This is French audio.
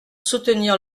soutenir